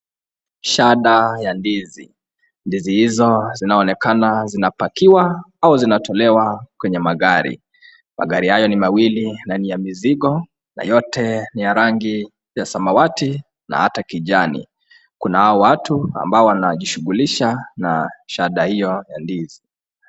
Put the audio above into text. Shada ya ndizi ,ndizi hizo zinaonekana zinapakiwa au zinatolewa kwenye magari ,magari hayo ni mawili na ni ya mizigo na yote ni ya rangi ya samawati na ata kijani ,kunao watu ambao wanajishughlisha na shada hiyo ya ndizi .